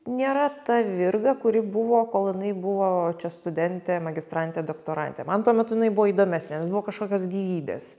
nėra ta virga kuri buvo kol jinai buvo čia studentė magistrantė doktorantė man tuo metu jinai buvo įdomesnė nes buvo kažkokios gyvybės